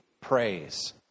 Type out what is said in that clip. praise